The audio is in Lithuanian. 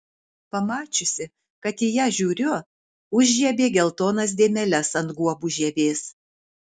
pamačiusi kad į ją žiūriu užžiebė geltonas dėmeles ant guobų žievės